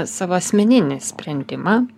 savo asmeninį sprendimą